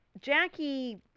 Jackie